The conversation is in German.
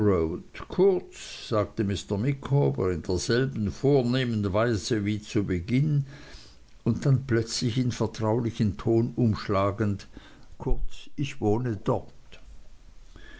kurz sagte mr micawber in derselben vornehmen miene wie bei beginn und dann plötzlich in vertraulichen ton umschlagend kurz ich wohne dort